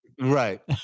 Right